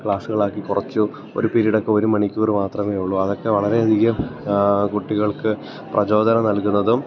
ക്ലാസ്സുകളാക്കി കുറച്ചു ഒരു പീരീഡൊക്കെ ഒരു മണിക്കൂർ മാത്രമേ ഉള്ളൂ അതൊക്കെ വളരെയധികം കുട്ടികൾക്ക് പ്രചോദനം നൽകുന്നതും